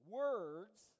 words